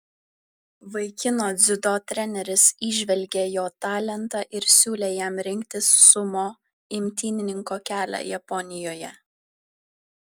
vaikino dziudo treneris įžvelgė jo talentą ir siūlė jam rinktis sumo imtynininko kelią japonijoje